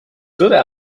tõde